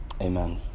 Amen